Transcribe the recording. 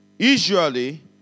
Usually